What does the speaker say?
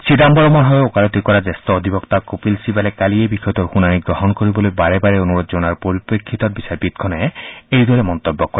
চিদাম্বৰমৰ হৈ ওকালতি কৰা জ্যেষ্ঠ অধিবক্তা কপিল ছিবালে কালিয়েই বিষয়টোৰ শুনানি গ্ৰহণ কৰিবলৈ বাৰে বাৰে অনুৰোধ জনোৱাৰ পৰিপ্ৰেক্ষিতত বিচাৰপীঠখনে এইদৰে মন্তব্য কৰে